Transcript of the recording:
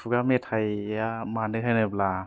खुगा मेथाया मानो होनोब्ला